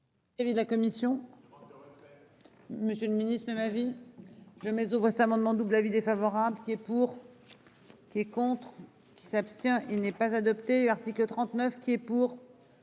Merci.-- Et bien de la commission. Monsieur le Ministre de ma vie je Mezzo cet amendement double avis défavorable qui est pour. Qui est contre ou qui s'abstient. Il n'est pas adopté l'article 39 qui est pour.